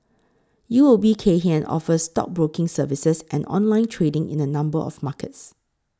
U O B Kay Hian offers stockbroking services and online trading in a number of markets